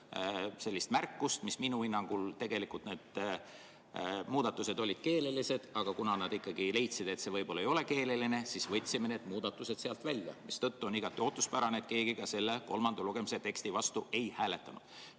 kaks märkust. Minu hinnangul olid need muudatused keelelised, aga kuna nad ikkagi leidsid, et see võib-olla ei ole keeleline, siis võtsime need muudatused sealt välja. Seetõttu on igati ootuspärane, et keegi ka selle kolmanda lugemise teksti vastu ei hääletanud.